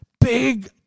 Big